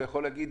הוא יכול להגיד,